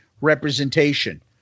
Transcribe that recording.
representation